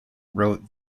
wrote